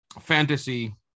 fantasy